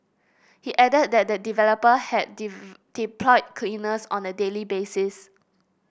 he added that the developer had deep deployed cleaners on a daily basis